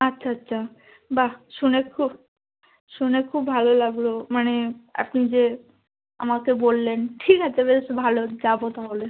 আচ্ছা আচ্ছা বাহ শুনে খুব শুনে খুব ভালো লাগলো মানে আপনি যে আমাকে বললেন ঠিক আছে বেশ ভালো যাবো তাহলে